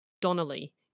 Donnelly